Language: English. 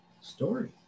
story